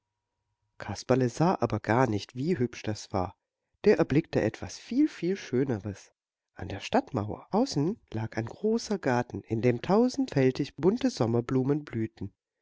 kasperle sah aber gar nicht wie hübsch das war der erblickte etwas viel viel schöneres an der stadtmauer außen lag ein großer garten in dem tausendfältig bunte sommerblumen blühten